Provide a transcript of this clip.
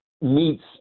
meets